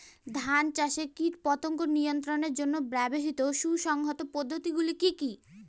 ধান চাষে কীটপতঙ্গ নিয়ন্ত্রণের জন্য ব্যবহৃত সুসংহত পদ্ধতিগুলি কি কি?